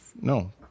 no